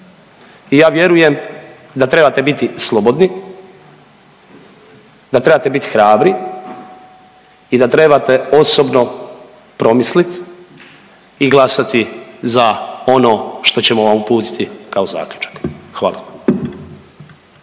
i ja vjerujem da trebate biti slobodni, da trebate bit hrabri i da trebate osobno promislit i glasati za ono što ćemo vam uputiti kao zaključiti, hvala.